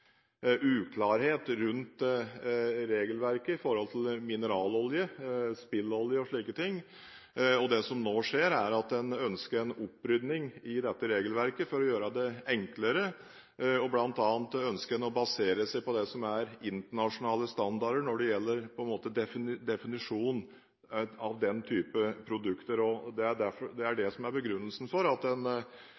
uklarhet rundt regelverket for mineralolje, spillolje og slike ting, og det som nå skjer, er at en ønsker en opprydning i dette regelverket for å gjøre det enklere. Blant annet ønsker en å basere seg på det som er internasjonale standarder når det gjelder definisjonen av den typen produkter. Det er det som er begrunnelsen for at en ønsker å gå over til en kokepunktsdefinisjon og ikke det som er